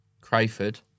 Crayford